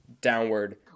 downward